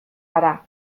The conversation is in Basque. gara